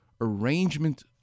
arrangement